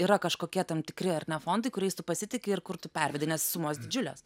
yra kažkokie tam tikri ar ne fondai kuriais tu pasitiki ir kur tu pervedi nes sumos didžiulės